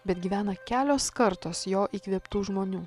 bet gyvena kelios kartos jo įkvėptų žmonių